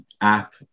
app